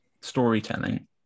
storytelling